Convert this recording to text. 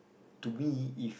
to be if